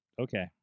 Okay